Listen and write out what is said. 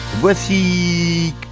Voici